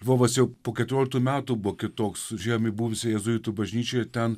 lvovas jau po keturioliktų metų buvo kitoks užėjom į buvusią jėzuitų bažnyčią ir ten